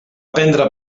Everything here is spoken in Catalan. prendre